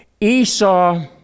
Esau